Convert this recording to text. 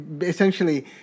Essentially